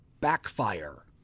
Backfire